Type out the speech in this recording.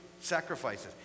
sacrifices